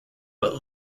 but